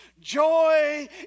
Joy